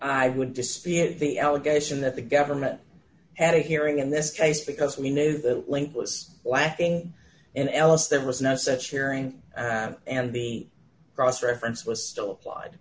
i would dispute the allegation that the government had a hearing in this case because we knew that link was lacking in else there was no such hearing and the cross reference was still applied